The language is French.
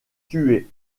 tué